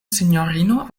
sinjorino